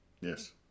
yes